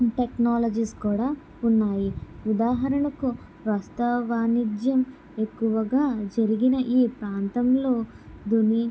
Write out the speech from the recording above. technologies కూడా ఉన్నాయి ఉదాహరణకు ప్రస్తా వాణిజ్యం ఎక్కువగా జరిగిన ఈ ప్రాంతంలో దుని